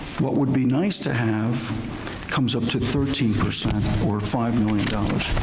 what would be nice to have comes up to thirteen percent or five million dollars.